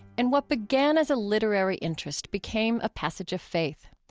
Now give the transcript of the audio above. and what began as a literary interest became a passage of faith.